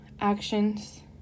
actions